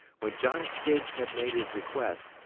when john stiggs had made his request,